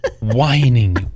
Whining